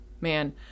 man